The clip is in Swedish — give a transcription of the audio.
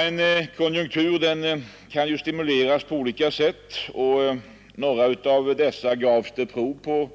En konjunktur kan stimuleras på olika sätt och några av dessa gavs det prov på